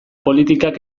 politikak